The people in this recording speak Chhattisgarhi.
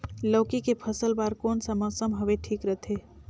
लौकी के फसल बार कोन सा मौसम हवे ठीक रथे?